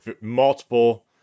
multiple